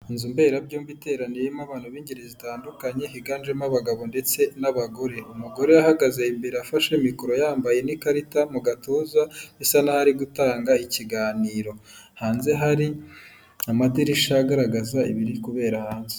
Inzu mberabyombi iteraniyemo abantu b'ingeri zitandukanye higanjemo abagabo ndetse n'abagore, umugore yahagaze imbere afashe mikoro yambaye n'ikarita mu gatuza, bisa naho ari gutanga ikiganiro, hanze hari amadirishya agaragaza ibiri kubera hanze.